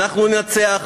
אנחנו ננצח.